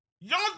Y'all